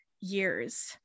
years